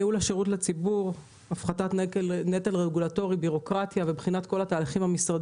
ייעול השירות לציבור תוך הפחתת הנטל הבירוקרטי והרגולטורי.